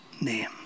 name